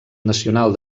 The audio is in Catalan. nacional